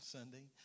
Sunday